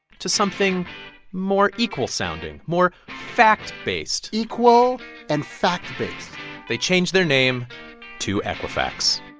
to something more equal-sounding, more fact-based equal and fact-based they changed their name to equifax